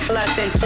lesson